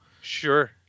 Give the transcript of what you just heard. sure